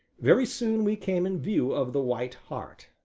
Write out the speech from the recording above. very soon we came in view of the white hart,